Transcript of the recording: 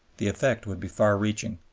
the effect would be far-reaching.